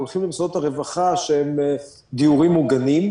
הולכים למוסדות הרווחה שהם דיורים מוגנים,